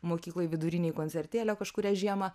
mokykloj vidurinėj koncertėlio kažkurią žiemą